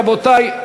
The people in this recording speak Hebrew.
רבותי,